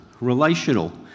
relational